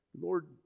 lord